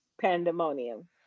Pandemonium